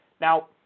Now